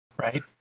right